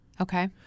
Okay